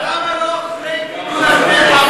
אבל למה לא אחרי כינון הממשלה?